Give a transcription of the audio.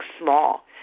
small